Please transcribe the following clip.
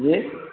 جی